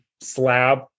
slab